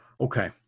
okay